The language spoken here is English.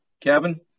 Kevin